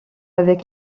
avec